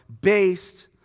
based